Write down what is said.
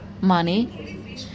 money